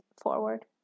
forward